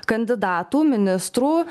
kandidatų ministrų